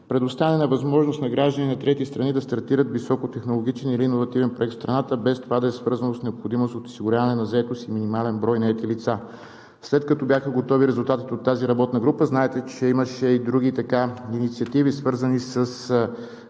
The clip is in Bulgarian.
предоставяне на възможност на граждани на трети страни да стартират високотехнологичен или иновативен проект в страната, без това да е свързано с необходимост от осигуряване на заетост и минимален брой наети лица. След като бяха готови резултатите от тази работна група, знаете, че имаше и други инициативи, свързани с